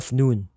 noon